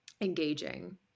engaging